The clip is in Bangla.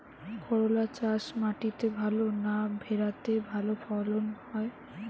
করলা চাষ মাটিতে ভালো না ভেরাতে ভালো ফলন হয়?